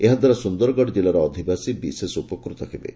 ଏହାଦ୍ୱାରା ସୁନ୍ଦରଗଡ଼ ଜିଲ୍ଲାର ଅଧିବାସୀ ବିଶେଷ ଉପକୃତ ହହବେ